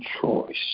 choice